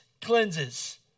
cleanses